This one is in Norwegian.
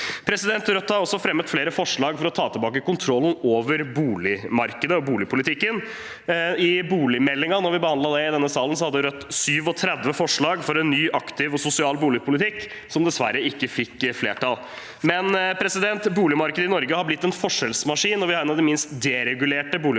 barnehage. Rødt har også fremmet flere forslag for å ta tilbake kontrollen over boligmarkedet og boligpolitikken. Da vi behandlet boligmeldingen i denne salen, hadde Rødt 37 forslag for en ny aktiv og sosial boligpolitikk, som dessverre ikke fikk flertall. Uansett har boligmarkedet i Norge blitt en forskjellsmaskin. Vi har et av de mest deregulerte boligmarkedene